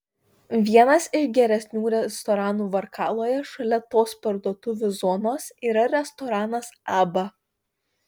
vienas iš geresnių restoranų varkaloje šalia tos parduotuvių zonos yra restoranas abba